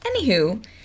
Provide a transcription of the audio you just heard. Anywho